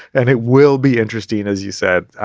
and it will be interesting, as you said,